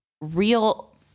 real